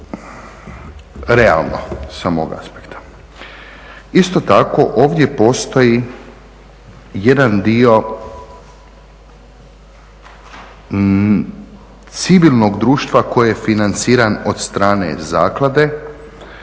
realno, sa mog aspekta.